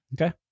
Okay